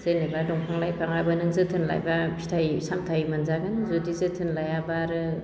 जेनेबा दंफां लाइफाङाबो नों जोथोन लाब्ला फिथाइ सामथाय मोनजागोन जुदि जोथोन लायाब्ला आरो